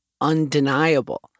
undeniable